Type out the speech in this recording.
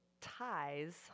ties